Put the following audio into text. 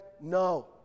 no